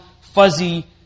fuzzy